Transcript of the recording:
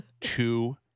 two